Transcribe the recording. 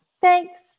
thanks